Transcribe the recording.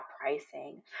pricing